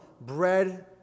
bread